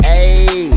Hey